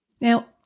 Now